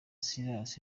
silas